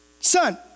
son